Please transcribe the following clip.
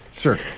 Sure